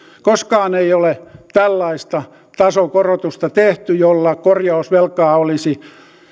koskaan ei ole tällaista tasokorotusta tehty jolla korjausvelkaa olisi